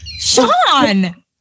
Sean